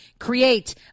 create